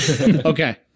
Okay